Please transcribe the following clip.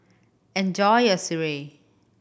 enjoy your sireh